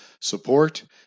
support